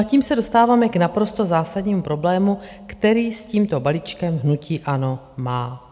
Tím se dostáváme k naprosto zásadnímu problému, který s tímto balíčkem hnutí ANO má.